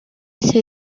nshya